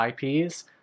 IPs